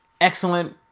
excellent